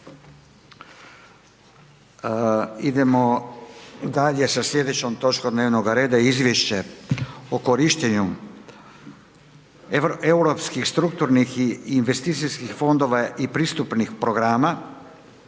Idemo dalje sa sljedećom točkom dnevnoga reda: - Izvješće o korištenju europskih strukturnih i investicijskih fondova i pretpristupnih programa